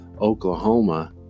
Oklahoma